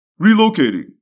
relocating